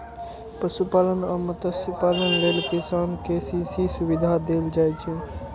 पशुपालन आ मत्स्यपालन लेल किसान कें के.सी.सी सुविधा देल जाइ छै